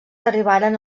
arribaren